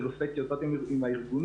חילופי טיוטות עם הארגונים